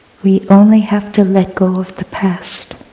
we only have to let go of the past,